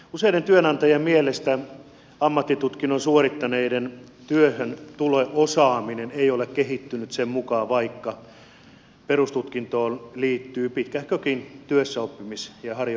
useiden työnantajien mielestä ammattitutkinnon suorittaneiden työhöntulo osaaminen ei ole kehittynyt sen mukaan vaikka perustutkintoon liittyy pitkähkökin työssäoppimis ja harjoittelujakso